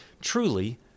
truly